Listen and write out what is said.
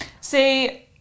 See